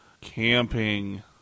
camping